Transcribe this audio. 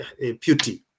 beauty